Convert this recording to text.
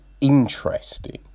interesting